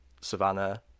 savannah